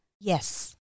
Yes